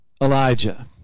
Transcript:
Elijah